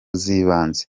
z’ibanze